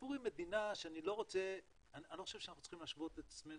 סינגפור היא מדינה שאני לא חושב שאנחנו צריכים להשוות אליה.